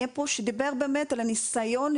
זה אירוע חיינו.